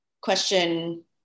question